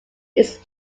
its